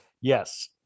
Yes